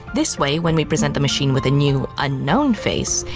this way, when we present the machine with a new unknown face,